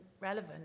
relevant